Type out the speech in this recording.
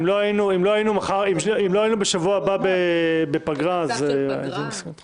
אם לא היינו בשבוע הבא בפגרה, אני מסכים אתך.